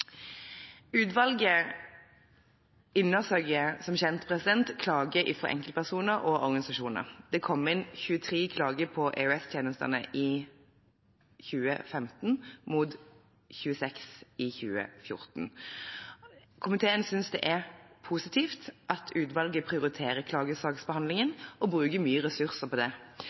Utvalget undersøker som kjent klager fra enkeltpersoner og organisasjoner. Det kom inn 23 klager på EOS-tjenestene i 2015 mot 26 i 2014. Komiteen synes det er positivt at utvalget prioriterer klagesaksbehandlingen og bruker mye ressurser på det.